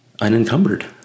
Unencumbered